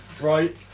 right